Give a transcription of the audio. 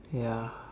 ya